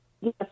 Yes